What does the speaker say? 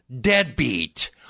deadbeat